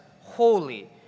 holy